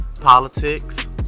politics